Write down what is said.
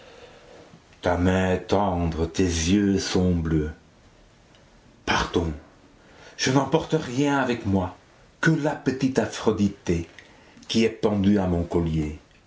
est tendre tes yeux sont bleus partons je n'emporte rien avec moi que la petite aphroditê qui est pendue à mon collier